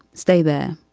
stay there.